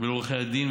ולעורכי הדין,